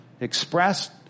expressed